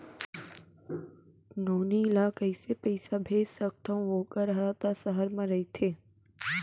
नोनी ल कइसे पइसा भेज सकथव वोकर हा त सहर म रइथे?